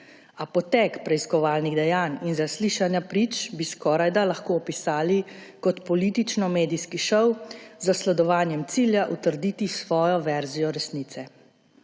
potek preiskovalnih dejanj in zaslišanja prič bi skorajda lahko opisali kot politično-medijski šov z zasledovanjem cilja utrditi svojo verzijo resnice.